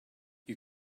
you